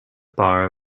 bar